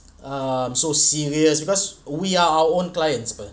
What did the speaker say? um so serious because we are our own clients apa